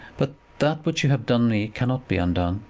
but that which you have done me cannot be undone.